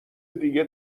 دیگه